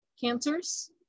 cancers